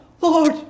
Lord